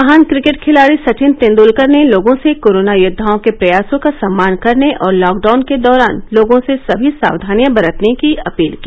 महान क्रिकेट खिलाडी सचिन तेंदुलकर ने लोगों से कोरोना योद्वाओं के प्रयासों का सम्मान करने और लॉकडाउन के दौरान लोगों से सभी सावधानियां बरतने की अपील की